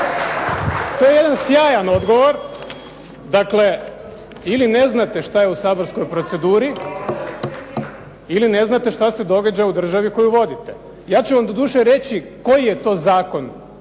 To je jedan sjajan odgovor, dakle ili ne znate šta je u saborskoj proceduri ili ne znate što se događa u državi koju vodite. Ja ću vam doduše reći koji je to zakon